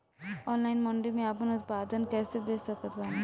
Online मंडी मे आपन उत्पादन कैसे बेच सकत बानी?